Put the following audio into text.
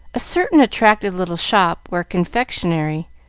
a certain attractive little shop, where confectionery,